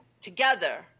together